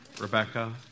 Rebecca